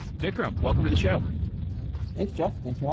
vikram, welcome to the show thanks, jeff. thanks for ah